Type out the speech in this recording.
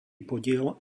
podiel